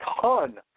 ton